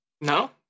No